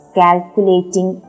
calculating